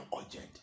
urgent